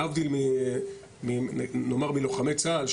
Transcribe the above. להבדיל מלוחמי צה"ל,